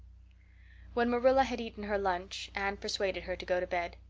when marilla had eaten her lunch anne persuaded her to go to bed.